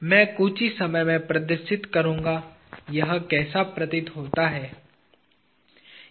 मैं कुछ ही समय में प्रदर्शित करूंगा कि यह कैसा प्रतीत होता है